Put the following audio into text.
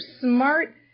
smart